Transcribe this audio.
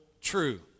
true